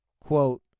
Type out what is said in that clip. Quote